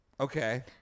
Okay